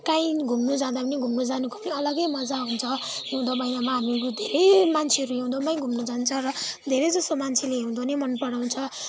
कहीँ घुम्न जाँदा पनि घुम्न जानुको पनि अलग्गै मजा आउँछ हिउँँदो महिनामा हामी धेरै मान्छेहरू हिउँदोमै घुम्न जान्छ र धेरै जसो मान्छेले हिउँदो नै मन पराउँछ